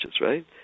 right